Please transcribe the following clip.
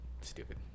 Stupid